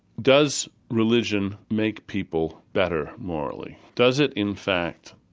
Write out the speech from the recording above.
does religion make people better morally? does it, in fact,